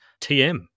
TM